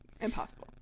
Impossible